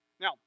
Now